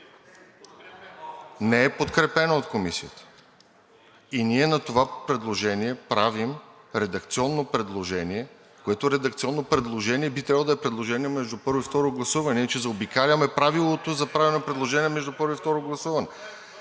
не е подкрепено от Комисията. Ние на това предложение правим редакционно предложение, което редакционно предложение би трябвало да е предложение между първо и второ гласуване. Иначе заобикаляме правилото за правене на предложение между първо и второ гласуване.